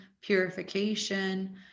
purification